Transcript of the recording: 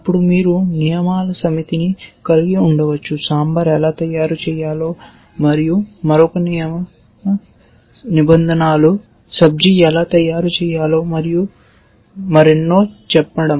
అప్పుడు మీరు నియమాల సమితిని కలిగి ఉండవచ్చు సాంబార్ ఎలా తయారు చేయాలో మరియు మరొక నియమ నిబంధనలను సబ్జీ ఎలా తయారు చేయాలో మరియు మరెన్నో చెప్పండి